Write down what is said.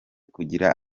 kugira